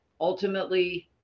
Ultimately